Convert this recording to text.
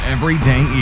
Everyday